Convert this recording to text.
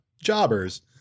jobbers